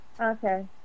okay